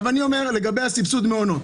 אני אומר לגבי סבסוד המעונות,